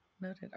noted